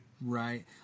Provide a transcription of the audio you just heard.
right